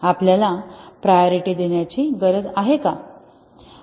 आपल्याला प्रायोरिटी देण्याची गरज का आहे